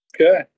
Okay